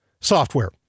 software